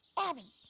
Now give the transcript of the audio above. abby,